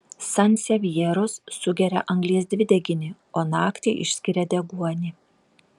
sansevjeros sugeria anglies dvideginį o naktį išskiria deguonį